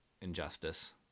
injustice